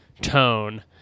tone